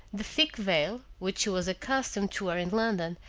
the thick veil, which she was accustomed to wear in london,